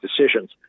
decisions